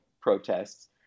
protests